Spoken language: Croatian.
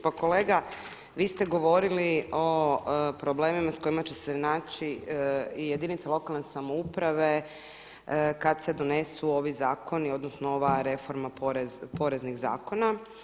Pa kolega vi ste govorili o problemima s kojima će se naći i jedinice lokalne samouprave kad se donesu ovi zakoni odnosno ova reforma poreznih zakona.